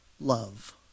love